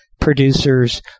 producers